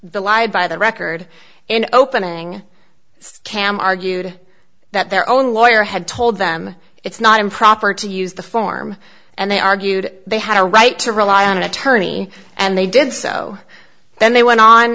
the lie by the record in opening cam argued that their own lawyer had told them its not improper to use the form and they argued they had a right to rely on an attorney and they did so then they went on